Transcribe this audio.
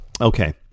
Okay